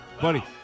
Buddy